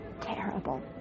Terrible